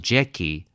Jackie